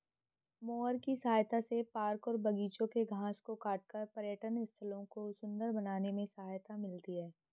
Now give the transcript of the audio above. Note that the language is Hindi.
मोअर की सहायता से पार्क और बागिचों के घास को काटकर पर्यटन स्थलों को सुन्दर बनाने में सहायता मिलती है